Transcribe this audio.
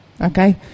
okay